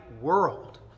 world